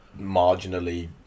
marginally